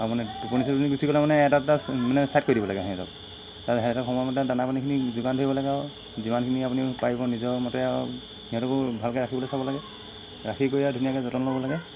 আৰু মানে টোপনি চুপনি গুচি গ'লে মানে এটা তাক মানে চাইদ কৰি দিব লাগে সিহঁতক তাৰ সিহঁতক সময়মতে দানা পানীখিনি যোগান ধৰিব লাগে আৰু যিমানখিনি আপুনি পাৰিব নিজৰ মতে আৰু সিহঁতকো ভালকৈ ৰাখিবলৈ চাব লাগে ৰাখি কৰি আৰু ধুনীয়াকৈ যতন ল'ব লাগে